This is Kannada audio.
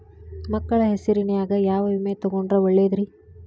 ಮಕ್ಕಳ ಹೆಸರಿನ್ಯಾಗ ಯಾವ ವಿಮೆ ತೊಗೊಂಡ್ರ ಒಳ್ಳೆದ್ರಿ?